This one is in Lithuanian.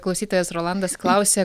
klausytojas rolandas klausia